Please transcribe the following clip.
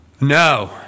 No